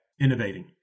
innovating